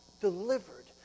delivered